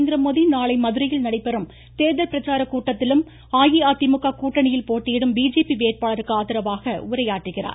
நரேந்திரமோடி நாளை மதுரையில் நடைபெறும் தேர்தல் பிரச்சார கூட்டத்திலும் அஇஅதிமுக கூட்டணியில் போட்டியிடும் பிஜேபி வேட்பாளருக்கு ஆதரவாக உரையாற்றுகிறார்